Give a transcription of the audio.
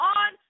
on